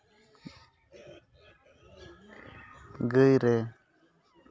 ᱜᱟᱹᱭ ᱨᱮ